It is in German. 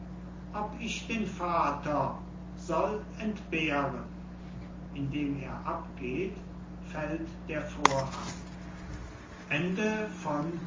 ob ich den vater soll entbehren indem er abgeht fällt der vorhang